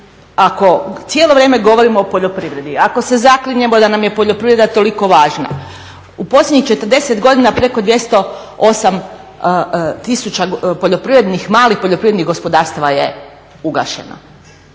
ako cijelo vrijeme govorimo o poljoprivredi, ako se zaklinjemo da nam je poljoprivreda toliko važna, u posljednjih 40 godina preko 208 000 malih poljoprivrednih gospodarstava je ugašeno,